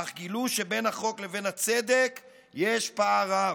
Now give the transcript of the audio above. אך גילו שבין החוק לבין הצדק יש פער רב,